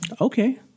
okay